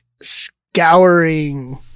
scouring